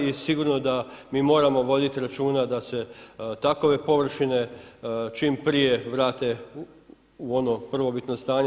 I sigurno da mi moramo voditi računa da se takove površine čim prije vrate u ono prvobitno stanje.